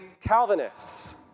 Calvinists